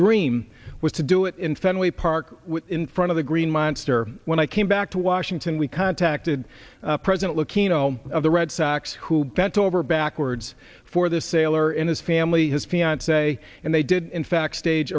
dream was to do it in fenway park in front of the green monster when i came back to washington we contacted president lucchino of the red sox who bent over backwards for the sailor in his family his fiance and they did in fact stage